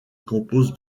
compose